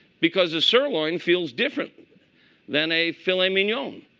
because a sirloin feels different than a filet i mean yeah um